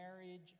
Marriage